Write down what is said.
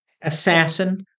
assassin